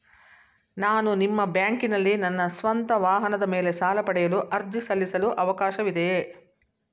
ನಾನು ನಿಮ್ಮ ಬ್ಯಾಂಕಿನಲ್ಲಿ ನನ್ನ ಸ್ವಂತ ವಾಹನದ ಮೇಲೆ ಸಾಲ ಪಡೆಯಲು ಅರ್ಜಿ ಸಲ್ಲಿಸಲು ಅವಕಾಶವಿದೆಯೇ?